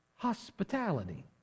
hospitality